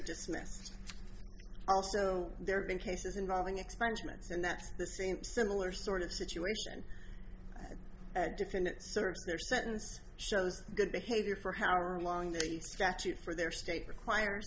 dismissed also there have been cases involving experiments and that's the same similar sort of situation defendant serves their sentence shows good behavior for how long the statute for their state requires